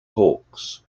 hawks